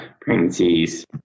pregnancies